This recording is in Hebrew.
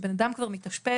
כשבן אדם כבר מתאשפז,